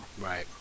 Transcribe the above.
Right